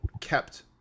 kept